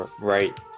right